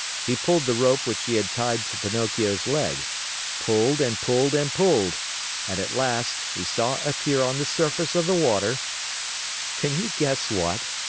he pulled the rope which he had tied to pinocchio's leg pulled and pulled and pulled and, at last, he saw appear on the surface of the water can you guess what?